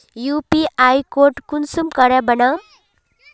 UPI code कुंसम करे बनाम?